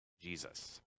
Jesus